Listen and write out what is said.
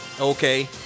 Okay